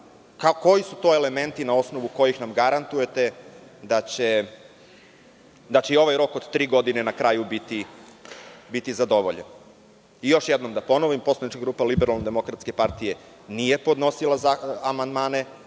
koji su to elementi i na osnovu kojih nam garantujete da će i ovaj rok od tri godine na kraju biti zadovoljen? Još jednom da ponovim, poslanička grupa Liberalno-demokratske partije nije podnosila amandmane